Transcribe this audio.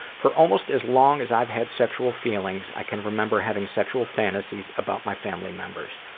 for almost as long as i've had sexual feelings i can remember having sexual fantasies about my family members.